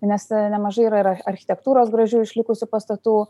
nes nemažai yra architektūros gražių išlikusių pastatų